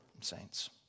saints